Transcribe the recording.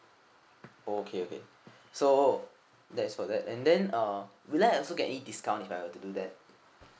okay okay so that's for that and then uh will I also get any discount if I were to do that